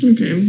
Okay